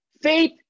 Faith